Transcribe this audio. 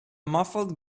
muffled